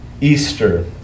Easter